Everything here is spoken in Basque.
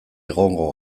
egongo